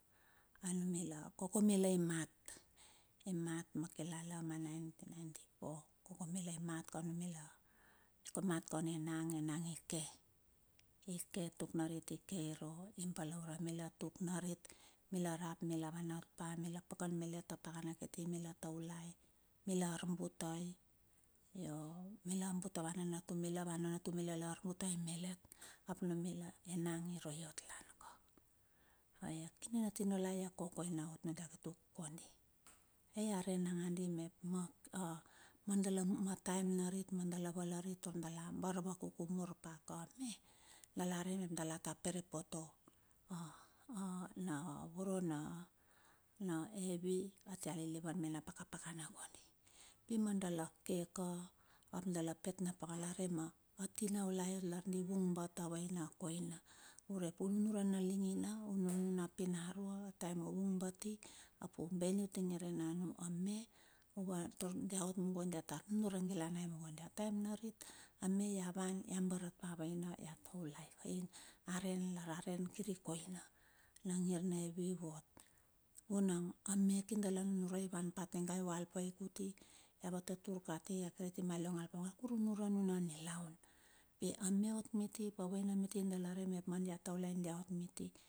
Mila koke mila i mat, i mat ma kilala ma 1994, koke mila i mat kan mila ika i mat kan enang, enang i ke, tuk narit i ke irua, i balaure mila tuk narit mila rap mila vanpa, mila pakan malet a pakana kiti, mila taulai, mila arbutai io mila a va but na nanatu mila nanatu mila larbutai malet up numila, enang i rua iot lan ka. I a kine na tinaulai a kokoina ot kondi. Ai a rei nangadi mep ma dala ma taem narit ma dala valari mep dala bar vakuku mur paka ma, dala re mep dala ta perepope a a na voro na, hevi atia lilivan mena pakapakana konndi. Pi me dala ke ka, ap dala pet na pakana aria ma tinaulai lar divung bat a vaina a koina. Urep unure a ling ai ina, a nunu pinarua, taem vung bati, ap u ben i utinge ma me uva taur dia of mungo dia ta nunure argiliane dia. Taem narit ame ia van ia barat pa vaina ia taulai ka. Ing a nun a ran kir koina na ngir na hevi i vot, vunang a me kir dala numurai i vanpa tmai u al pai kuti ia vatatur koti panum mur a nuna nilaun. Pi a me ot miti ap a vaina miti dalarai mep dia taula tia ot miti.